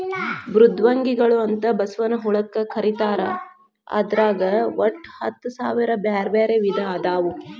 ಮೃದ್ವಂಗಿಗಳು ಅಂತ ಬಸವನ ಹುಳಕ್ಕ ಕರೇತಾರ ಅದ್ರಾಗ ಒಟ್ಟ ಹತ್ತಸಾವಿರ ಬ್ಯಾರ್ಬ್ಯಾರೇ ವಿಧ ಅದಾವು